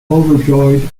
overjoyed